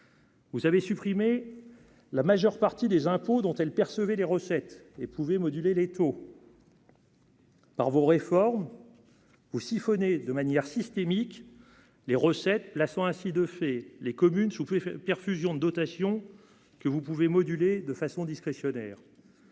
Vous avez supprimé la majeure partie des impôts dont elle percevait les recettes éprouvées moduler les taux. Par vos réformes ou siphonner de manière systémique les recettes, plaçant ainsi de fait les communes je vous pouvez perfusion de dotation que vous pouvez moduler de façon discrétionnaire.